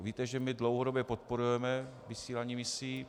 Víte, že my dlouhodobě podporujeme vysílání misí.